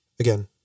Again